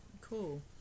cool